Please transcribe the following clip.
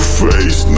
face